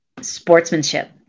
Sportsmanship